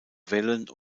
wellen